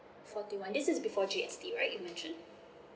forty one this is before G_S_T right you mentioned